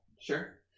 Sure